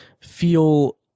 feel